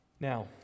Now